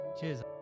Cheers